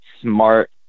smart